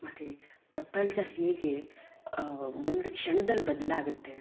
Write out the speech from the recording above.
ಮತ್ತು ಪ್ರಪಂಚ ಹೇಗೆ ಒಂದು ಕ್ಷಣದಲ್ಲಿ ಬದಲಾಗುತ್ತೆ